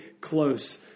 close